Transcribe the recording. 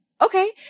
okay